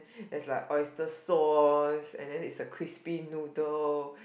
there's like oyster sauce and then it's a crispy noodle